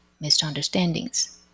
misunderstandings